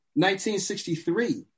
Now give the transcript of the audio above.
1963